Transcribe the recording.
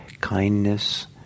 kindness